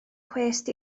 cwest